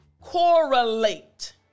correlate